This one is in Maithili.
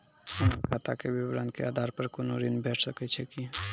हमर खाता के विवरण के आधार प कुनू ऋण भेट सकै छै की?